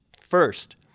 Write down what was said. First